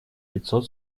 пятьсот